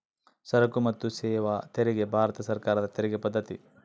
ಸರಕು ಮತ್ತು ಸೇವಾ ತೆರಿಗೆ ಭಾರತ ಸರ್ಕಾರದ ತೆರಿಗೆ ಪದ್ದತಿ